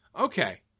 Okay